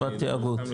התיאגוד.